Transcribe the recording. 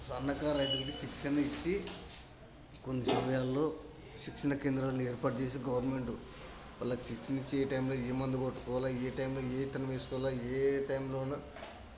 సన్నకార రైతులకి శిక్షణ ఇచ్చి కొన్ని సమయాల్లో శిక్షణ కేంద్రాలు ఏర్పాటు చేసిన గవర్నమెంట్ వాళ్ళకు శిక్షనిచ్చి ఏ టైంలో ఏ మందు కొట్టుకోవాలో ఏ టైంలో ఏ విత్తనం వేసుకోవాలో ఏ టైంలో